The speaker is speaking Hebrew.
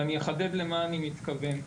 אחדד למה אני מתכוון.